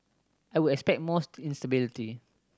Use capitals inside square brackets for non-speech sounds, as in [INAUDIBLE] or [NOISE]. I would expect more [UNINTELLIGIBLE] instability